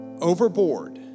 overboard